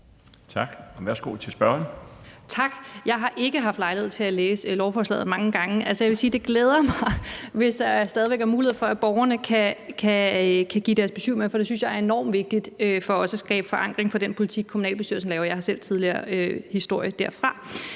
Tak. Jeg har ikke haft lejlighed til at læse lovforslaget mange gange, men jeg vil sige, at det glæder mig, hvis der stadig væk er mulighed for, at borgerne kan give deres besyv med, for det synes jeg er enormt vigtigt for os, altså at skabe forankring af den politik, kommunalbestyrelsen fører. Jeg har selv en tidligere historie derfra.